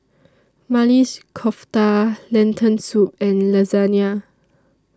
Maili's Kofta Lentil Soup and Lasagna